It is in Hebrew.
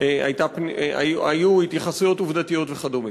היו התייחסויות עובדתיות וכדומה.